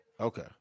Okay